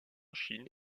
chine